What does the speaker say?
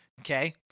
okay